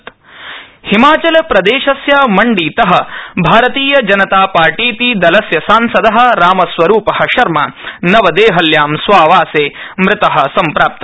मण्डीसांसद मृत्यु हिमाचलप्रदेशस्य मण्डीत भारतीय जनता पार्टीति दलस्य सांसद रामस्वरूप शर्मानवदेहल्यां स्वावासे मृतः सम्प्राप्त